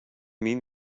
mean